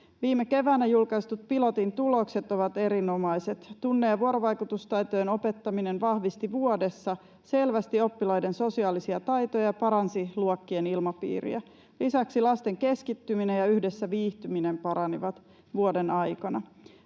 Viime keväänä julkaistut pilotin tulokset ovat erinomaiset: Tunne‑ ja vuorovaikutustaitojen opettaminen vahvisti vuodessa selvästi oppilaiden sosiaalisia taitoja ja paransi luokkien ilmapiiriä. Lisäksi lasten keskittyminen ja yhdessä viihtyminen paranivat vuoden aikana.